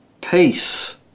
peace